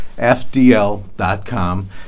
fdl.com